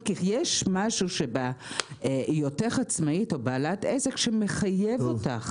כי יש משהו לעצמאית או לבעלת עסק, שמחייב אותה.